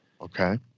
okay